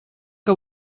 que